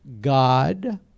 God